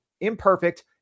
imperfect